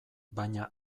baina